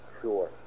Sure